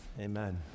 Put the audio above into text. Amen